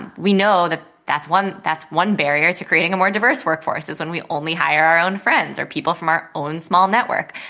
and we know that that's one that's one barrier to creating a more diverse workforce, is when we only hire our own friends or people from our own small network.